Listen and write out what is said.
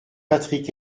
patrick